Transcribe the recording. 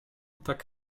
tak